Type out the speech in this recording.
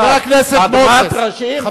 חבר הכנסת מוזס.